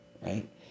right